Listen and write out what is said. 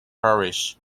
parish